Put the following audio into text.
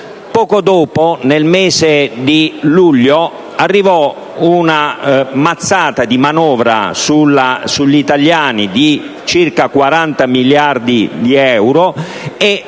Poco dopo, nel mese di luglio, arrivò una mazzata di manovra sugli italiani di circa 40 miliardi di euro e